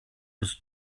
was